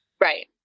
Right